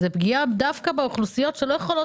זה פגיעה דווקא באוכלוסיות שלא יכולות